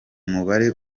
mubare